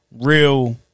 real